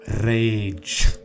Rage